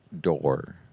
door